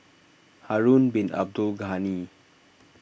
Harun Bin Abdul Ghani